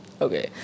Okay